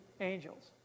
angels